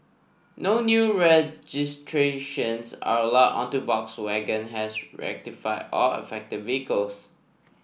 no new registrations are allowed until Volkswagen has rectified all affected vehicles